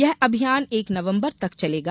यह अभियान एक नवंबर तक चलेगा